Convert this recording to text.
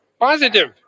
Positive